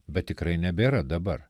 bet tikrai nebėra dabar